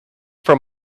from